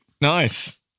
Nice